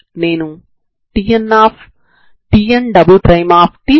ఇప్పుడు 0 నుండి లైన్ వరకు ఉంటుంది